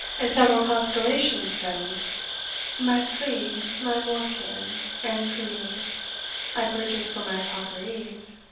and several constellation stones my flea, my morpeon, and punaise, i purchased for my proper ease.